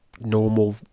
normal